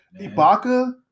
Ibaka